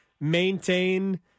maintain